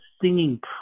singing